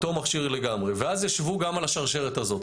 אותו מכשיר לגמרי, ואז ישבו גם על השרשרת הזאת.